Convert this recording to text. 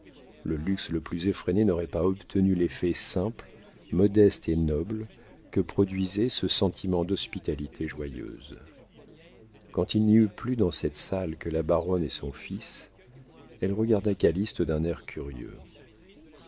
le luxe le plus effréné n'aurait pas obtenu l'effet simple modeste et noble que produisait ce sentiment d'hospitalité joyeuse quand il n'y eut plus dans cette salle que la baronne et son fils elle regarda calyste d'un air curieux